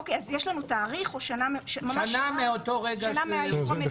אז יש לנו תאריך --- שנה מאותו רגע שהוא מתמנה במליאה.